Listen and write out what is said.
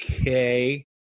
Okay